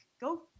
go